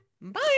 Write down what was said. Bye